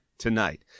tonight